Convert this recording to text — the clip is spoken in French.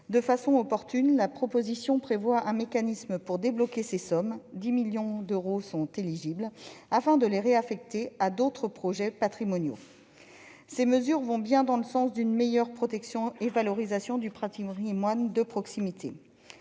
De façon opportune, la proposition prévoit un mécanisme pour débloquer ces sommes- 10 millions d'euros sont éligibles -, afin de les réaffecter à d'autres projets patrimoniaux. Ces mesures vont bien dans le sens d'une meilleure protection et de la valorisation du patrimoine de proximité.